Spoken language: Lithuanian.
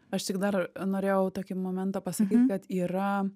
aš tik dar norėjau tokį momentą pasakyt kad yra